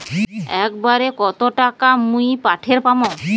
একবারে কত টাকা মুই পাঠের পাম?